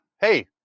Hey